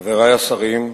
חברי השרים,